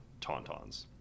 Tauntauns